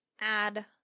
add